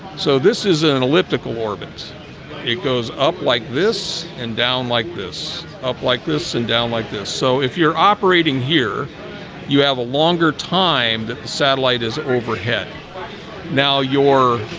so this is an elliptical orbit it goes up like this and down like this up like this and down like this so if you're operating here you have a longer time that the satellite is overhead now your